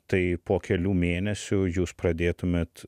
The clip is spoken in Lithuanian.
tai po kelių mėnesių jūs pradėtumėt